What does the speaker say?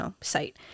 site